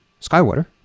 skywater